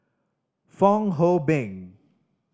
Fong Hoe Beng